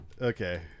okay